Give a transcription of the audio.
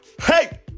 Hey